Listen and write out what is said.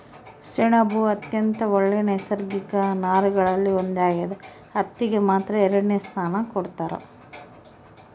ಸೆಣಬು ಅತ್ಯಂತ ಒಳ್ಳೆ ನೈಸರ್ಗಿಕ ನಾರುಗಳಲ್ಲಿ ಒಂದಾಗ್ಯದ ಹತ್ತಿಗೆ ಮಾತ್ರ ಎರಡನೆ ಸ್ಥಾನ ಕೊಡ್ತಾರ